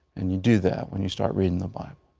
and you do that when you start reading the bible.